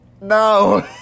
No